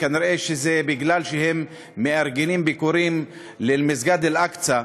כנראה זה כי הם מארגנים ביקורים למסגד אל-אקצא,